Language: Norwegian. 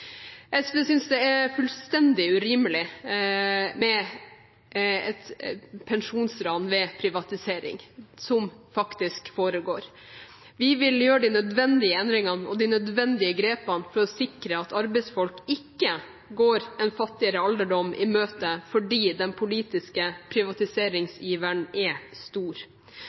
SV synes det er fullstendig urimelig med et pensjonsran ved privatisering, som faktisk foregår. Vi vil gjøre de nødvendige endringene og de nødvendige grepene for å sikre at arbeidsfolk ikke går en fattigere alderdom i møte fordi den politiske